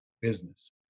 business